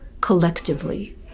collectively